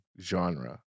genre